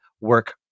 work